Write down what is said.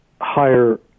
higher